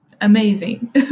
amazing